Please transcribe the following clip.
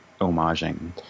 homaging